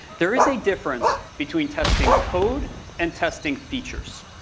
there is a difference between testing code and testing features.